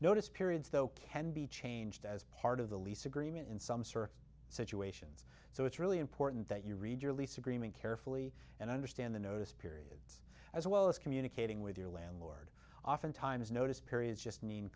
notice periods though can be changed as part of the lease agreement in some certain situations so it's really important that you read your lease agreement carefully and understand the notice periods as well as communicating with your landlord often times notice periods just mean